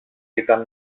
ήταν